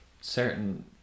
certain